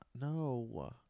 No